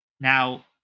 Now